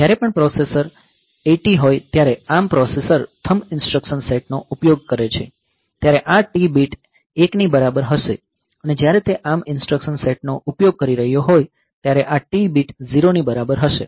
જ્યારે પણ આ પ્રોસેસર 80 હોય ત્યારે આ ARM પ્રોસેસર થમ્બ ઈન્સ્ટ્રક્શન સેટનો ઉપયોગ કરે છે ત્યારે આ T બીટ 1 ની બરાબર હશે અને જ્યારે તે ARM ઇન્સટ્રકશન સેટનો ઉપયોગ કરી રહ્યો હોય ત્યારે આ T બીટ 0 ની બરાબર હશે